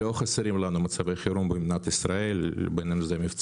לא חסרים לנו מצבי חירום במדינת ישראל במבצעים,